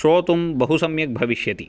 श्रोतुं बहु सम्यक् भविष्यति